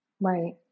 right